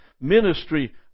ministry